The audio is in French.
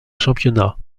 championnat